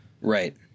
Right